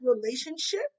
relationship